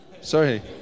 Sorry